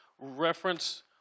reference